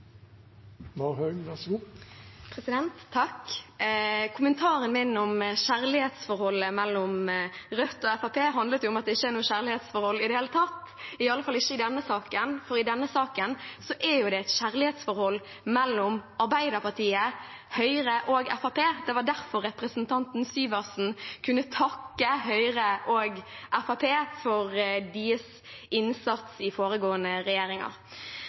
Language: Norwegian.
og Fremskrittspartiet handlet om at det ikke er noe kjærlighetsforhold i det hele tatt, i alle fall ikke i denne saken. I denne saken er det er kjærlighetsforhold mellom Arbeiderpartiet, Høyre og Fremskrittspartiet. Det var derfor representanten Sivertsen Næss kunne takke Høyre og Fremskrittspartiet for deres innsats i foregående regjeringer.